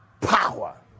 power